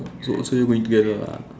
so so you went together ah